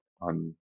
on